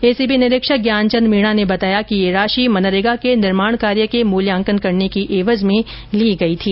ACB निरीक्षक ज्ञानचंद मीणा ने बताया कि यह राशि नरेगा के निर्माण कार्य के मुल्यांकन करने की एवज में ली गई थी